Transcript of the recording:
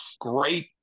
great